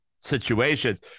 situations